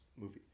movie